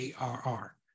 ARR